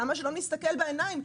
למה שלא נסתכל בעיניים.